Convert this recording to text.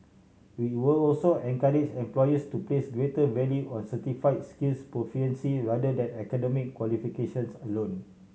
we will also encourage employers to place greater value on certify skills proficiency rather than academic qualifications alone